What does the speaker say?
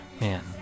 man